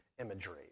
imagery